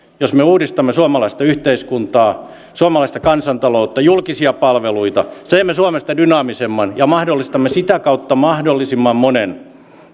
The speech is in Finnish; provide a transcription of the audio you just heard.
jos me uudistamme suomalaista yhteiskuntaa suomalaista kansantaloutta julkisia palveluita teemme suomesta dynaamisemman ja mahdollistamme sitä kautta mahdollisimman monen